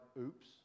oops